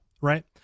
right